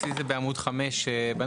אצלי זה בעמוד 5 בנוסח.